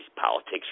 Politics